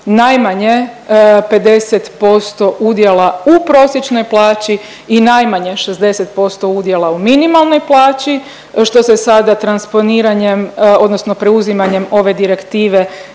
najmanje 10% udjela u prosječnoj plaći i najmanje 60% udjela u minimalnoj plaći, što se sada transponiranjem odnosno preuzimanjem ove direktive